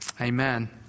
Amen